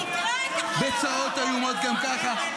בצרות איומות גם ככה.